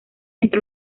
entre